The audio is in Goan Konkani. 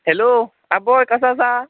हॅलो आं बोय कसो आसा